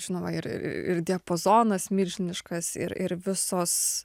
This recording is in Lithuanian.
žinoma ir ir ir diapazonas milžiniškas ir ir visos